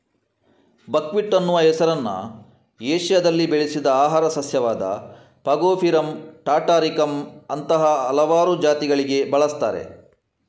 buckwheat ಅನ್ನುವ ಹೆಸರನ್ನ ಏಷ್ಯಾದಲ್ಲಿ ಬೆಳೆಸಿದ ಆಹಾರ ಸಸ್ಯವಾದ ಫಾಗೋಪಿರಮ್ ಟಾಟಾರಿಕಮ್ ಅಂತಹ ಹಲವಾರು ಜಾತಿಗಳಿಗೆ ಬಳಸ್ತಾರೆ